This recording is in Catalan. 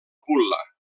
pulla